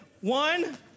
One